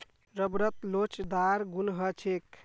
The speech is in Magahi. रबरत लोचदार गुण ह छेक